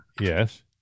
Yes